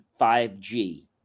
5G